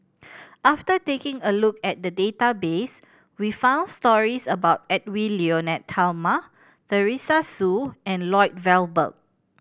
after taking a look at the database we found stories about Edwy Lyonet Talma Teresa Hsu and Lloyd Valberg